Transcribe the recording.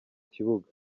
kibuga